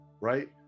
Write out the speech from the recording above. right